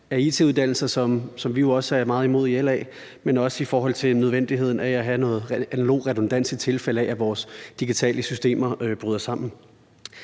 af it-uddannelser, som vi jo også er meget imod i LA, men også i forhold til nødvendigheden af at have noget analog redundans, i tilfælde af at vores digitale systemer bryder sammen.